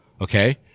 okay